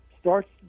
starts